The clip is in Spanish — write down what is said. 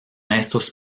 estos